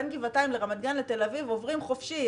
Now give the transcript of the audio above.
בין גבעתיים לרמת גן לתל אביב עוברים חופשי,